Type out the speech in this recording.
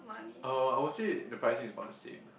uh I will say the pricing is about the same